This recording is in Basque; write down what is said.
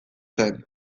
zen